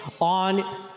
on